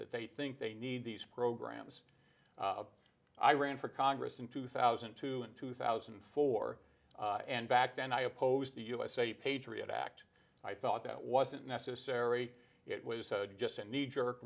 that they think they need these programs i ran for congress in two thousand and two and two thousand and four and back then i opposed the usa patriot act i thought that wasn't necessary it was just a knee jerk